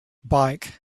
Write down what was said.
bike